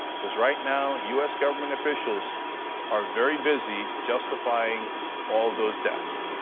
because right now, u s. government officials are very busy justifying all those deaths.